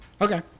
okay